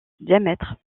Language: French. diamètre